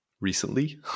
recently